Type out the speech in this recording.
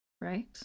right